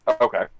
Okay